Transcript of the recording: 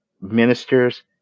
ministers